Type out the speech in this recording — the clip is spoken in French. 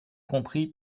compris